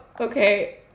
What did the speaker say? okay